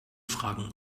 fragen